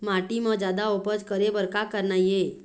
माटी म जादा उपज करे बर का करना ये?